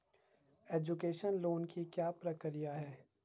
Education loan की क्या प्रक्रिया है?